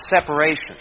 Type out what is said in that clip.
separation